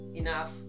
enough